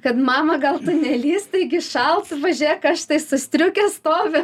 kad mama gal nelįsk taigi šalta va žėk aš tai su striuke stoviu